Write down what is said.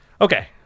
Okay